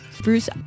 Bruce